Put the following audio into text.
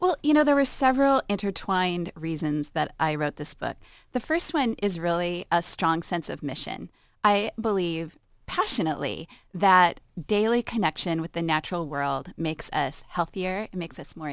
well you know there are several intertwined reasons that i wrote this but the first one is really a strong sense of mission i believe passionately that daily connection with the natural world makes us healthier makes us more